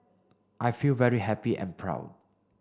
I feel very happy and proud